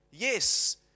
Yes